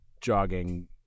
jogging